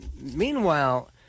Meanwhile